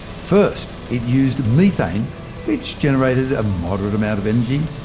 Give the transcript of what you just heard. first it used methane which generated a moderate amount of energy.